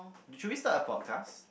should we start a podcast